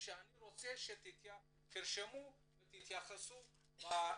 שאני מבקש שתרשמו אותן ותתייחסו אליהן בדיווח.